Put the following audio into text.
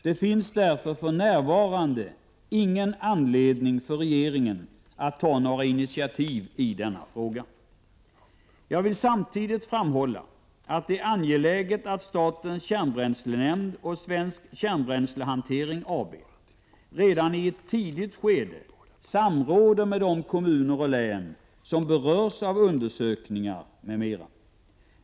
Det finns därför för närvarande ingen anledning för regeringen att ta några initiativ i denna fråga. Jag vill samtidigt framhålla att det är angeläget att statens kärnbränslenämnd och Svensk Kärnbränslehantering AB redan i ett tidigt skede samråder med de kommuner och län som berörs av undersökningar m.m.